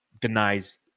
denies